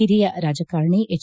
ಹಿರಿಯ ರಾಜಕಾರಣಿ ಎಚ್